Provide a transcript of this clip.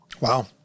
Wow